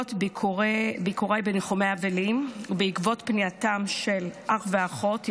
בעקבות ביקוריי בניחומי אבלים ובעקבות פנייתם של אח ואחות,